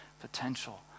potential